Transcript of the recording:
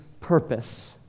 Purpose